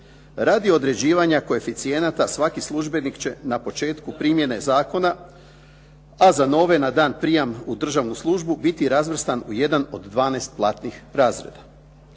Radi određivanja koeficijenata svaki službenik će na početku primjene zakona, a za nove na dan prijma u državnu službu biti razvrstan u 1 od 12 platnih razreda.